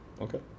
Okay